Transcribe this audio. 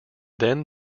then